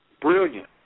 brilliant